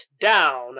down